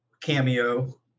cameo